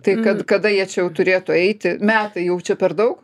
tai kad kada jie čia jau turėtų eiti metai jau čia per daug